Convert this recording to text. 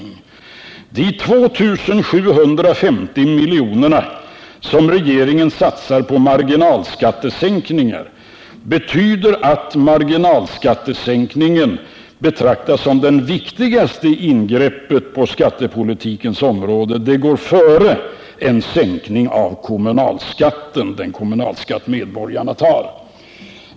28 februari 1979 De 2 750 miljoner som regeringen vill satsa på marginalskattesänkningar betyder att marginalskattesänkningen betraktas som det viktigaste ingreppet Finansdebatt på skattepolitikens område. Det går före en sänkning av kommunalskatten — den kommunala skatt medborgarna betalar.